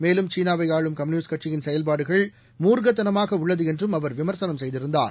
மேலும் சீனாவை ஆளும் கம்யூனிஸ்ட் கட்சியின் செயல்பாடுகள் மூர்க்கத்தனமாக உள்ளது என்றும் அவர் விமர்சனம் செய்திருந்தார்